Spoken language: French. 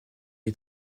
est